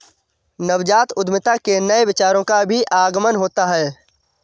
नवजात उद्यमिता से नए विचारों का भी आगमन होता है